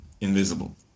invisible